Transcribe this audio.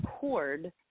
cord